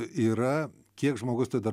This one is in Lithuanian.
yra kiek žmogus tai dar